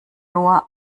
nur